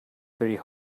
very